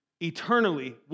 Eternally